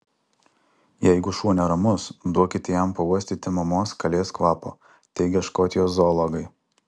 jeigu šuo neramus duokite jam pauostyti mamos kalės kvapo teigia škotijos zoologai